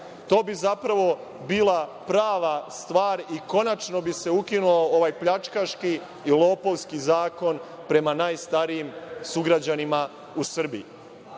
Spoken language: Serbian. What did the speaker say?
To bi, zapravo, bila prava stvar i konačno bi se ukinuo ovaj pljačkaških i lopovski zakon prema najstarijim sugrađanima u